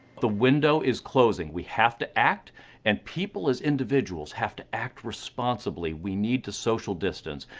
the window is closing. we have to act and people as individuals have to act responsibly. we need to social distance.